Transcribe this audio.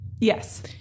Yes